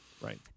right